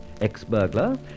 ex-burglar